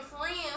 friends